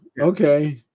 Okay